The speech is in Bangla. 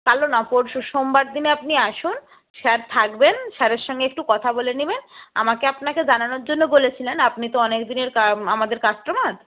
কালও না পরশু সোমবার দিনে আপনি আসুন স্যার থাকবেন স্যারের সঙ্গে একটু কথা বলে নেবেন আমাকে আপনাকে জানানোর জন্য বলেছিলেন আপনি তো অনেক দিনের আমাদের কাস্টমার